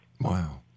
Wow